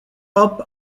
hop